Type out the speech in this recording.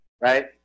Right